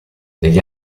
negli